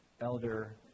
elder